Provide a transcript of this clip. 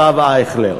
הרב אייכלר,